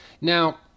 Now